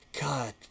God